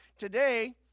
Today